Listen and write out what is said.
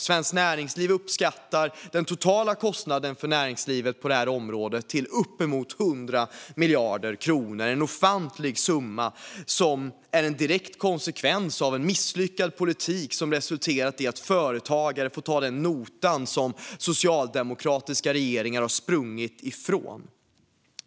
Svenskt Näringsliv uppskattar den totala kostnaden för näringslivet på detta område till uppemot 100 miljarder kronor. Det är en ofantlig summa som är en direkt konsekvens av en misslyckad politik som resulterat i att företagare får ta den nota som socialdemokratiska regeringar har sprungit ifrån.